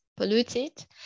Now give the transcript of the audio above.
polluted